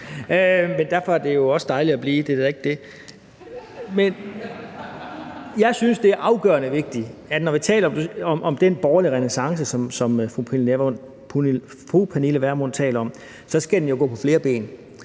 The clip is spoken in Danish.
derfor er det jo stadig dejligt, det er da ikke det. Jeg synes, det er afgørende vigtigt, når vi taler om den borgerlige renæssance, som fru Pernille Vermund taler om, at så skal den gå på flere ben.